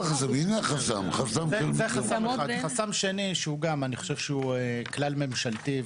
חסם שני שאני חושב שהוא דווקא כלל ממשלתי,